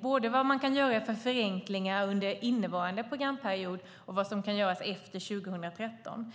både av vad man kan göra för förenklingar under innevarande programperiod och av vad man kan göra efter 2013.